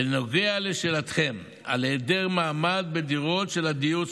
בנוגע לשאלתכם על היעדר ממ"ד בדירות של הדיור הציבורי,